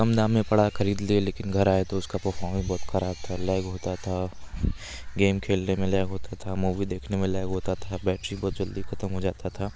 कम दाम में पड़ा ख़रीद लिए लेकिन घर आए तो उसका पफ़ौर्मेंस बहुत ख़राब था लैग होता था गेम खेलने में लैग होता था मूवी देखने में लैग होता था बैटरी बहुत जल्दी ख़त्म हो जाता था